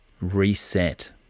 reset